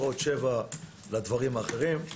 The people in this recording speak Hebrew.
ואלכוהול ועוד 7 מיליון לדברים אחרים.